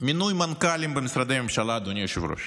מינוי מנכ"לים במשרדי הממשלה, אדוני היושב-ראש.